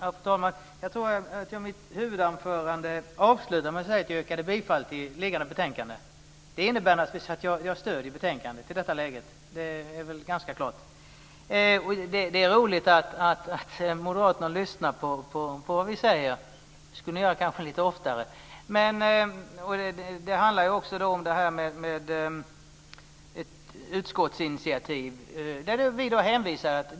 Fru talman! Jag tror att jag avslutade mitt huvudanförande med att yrka bifall till hemställan i det föreliggande betänkandet. Det innebär naturligtvis att jag stöder förslagen i betänkandet, det är väl ganska klart. Det är roligt att moderaterna lyssnar på vad vi säger, det skulle ni kanske göra lite oftare. Men det handlar också om ett utskottsinitiativ.